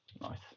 Nice